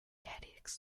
headaches